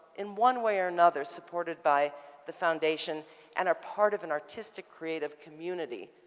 in one way or another, supported by the foundation and are part of an artistic creative community.